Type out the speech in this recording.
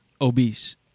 obese